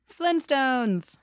Flintstones